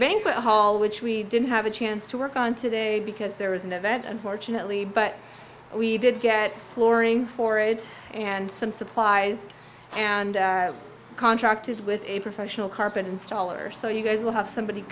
banquet hall which we didn't have a chance to work on today because there was an event unfortunately but we did get flooring for it and some supplies and contracted with a professional carpet installer so you guys will have somebody